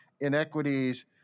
inequities